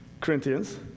Corinthians